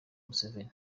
museveni